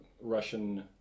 Russian